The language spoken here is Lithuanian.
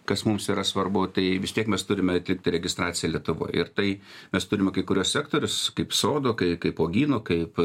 kas mums yra svarbu tai vis tiek mes turime registraciją lietuvoj ir tai mes turime kai kuriuos sektorius kaip sodo kai kaip uogynų kaip